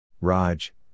Raj